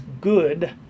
good